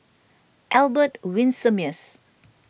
Albert Winsemius